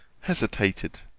hesitated,